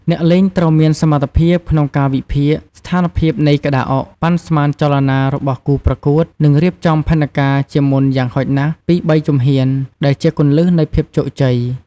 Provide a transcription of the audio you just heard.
អ្នកលេងត្រូវមានសមត្ថភាពក្នុងការវិភាគស្ថានភាពនៃក្តារអុក ប៉ាន់ស្មានចលនារបស់គូប្រកួត និងរៀបចំផែនការជាមុនយ៉ាងហោចណាស់ពីរបីជំហាន ដែលជាគន្លឹះនៃភាពជោគជ័យ។